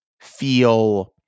feel